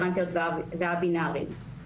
טרנסיות וא-בינארים.